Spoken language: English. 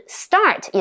start